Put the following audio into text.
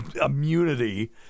immunity